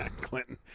Clinton